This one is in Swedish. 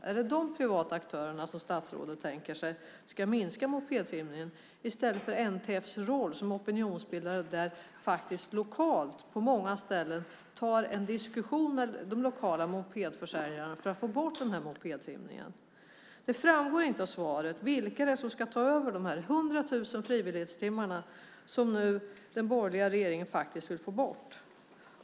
Är det de privata aktörerna som statsrådet tänker sig ska minska mopedtrimningen i stället för NTF som opinionsbildare som lokalt på många ställen tar en diskussion med de lokala mopedförsäljarna för att få bort mopedtrimningen? Det framgår inte av svaret vilka det är som ska ta över de 100 000 frivilligtimmarna som nu den borgerliga regeringen faktiskt vill få bort.